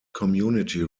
community